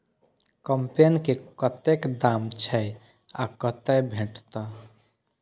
कम्पेन के कतेक दाम छै आ कतय भेटत?